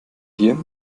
hier